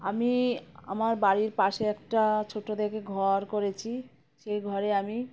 আমি আমার বাড়ির পাশে একটা ছোটো দেখে ঘর করেছি সেই ঘরে আমি